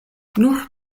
nur